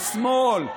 השמאל,